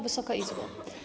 Wysoka Izbo!